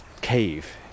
cave